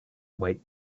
wait